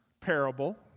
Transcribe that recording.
parable